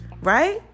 right